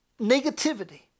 negativity